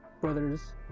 brothers